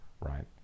right